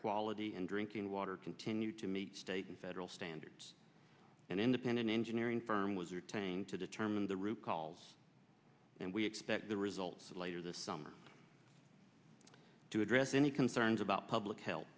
quality and drinking water continue to meet state and federal standards and independent engineering firm was retained to determine the route calls and we expect the results later this summer to address any concerns about public health